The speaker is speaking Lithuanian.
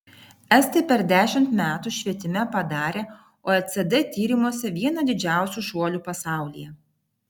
estai per dešimt metų švietime padarė oecd tyrimuose vieną didžiausių šuolių pasaulyje